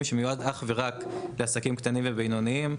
שמיועד אך ורק לעסקים קטנים ובינוניים.